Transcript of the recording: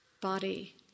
body